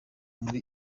muri